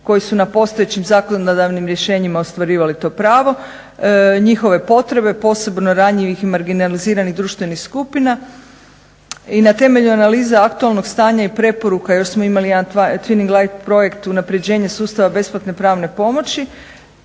koji su na postojećim zakonodavnim rješenjima ostvarivali to pravo, njihove potrebe, posebno ranjivih i marginaliziranih društvenih skupina i na temelju analiza aktualnog stanja i preporuka još smo imali jedan twining light project unapređenje sustava besplatne pravne pomoći